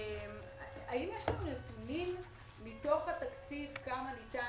האם יש לנו נתונים מתוך התקציב כמה ניתן